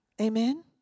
Amen